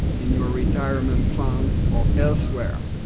in your retirement funds or elsewhere.